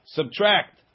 Subtract